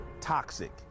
toxic